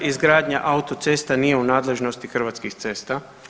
Izgradnja autocesta nije u nadležnosti Hrvatskih cesta.